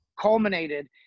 culminated